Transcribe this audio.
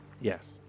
Yes